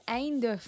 einde